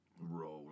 Roll